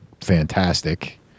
fantastic